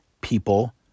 people